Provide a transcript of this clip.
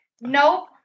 nope